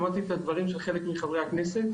שמעתי את הדברים של חלק מחברי הכנסת,